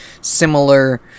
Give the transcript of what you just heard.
similar